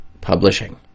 Publishing